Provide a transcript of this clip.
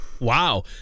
Wow